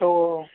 औ